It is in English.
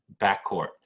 backcourt